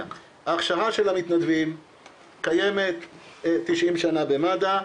ההכשרה של המתנדבים קיימת 90 שנה במד"א,